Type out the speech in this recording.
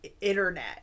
internet